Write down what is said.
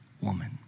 woman